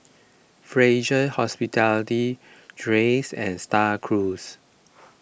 Fraser Hospitality Dreyers and Star Cruise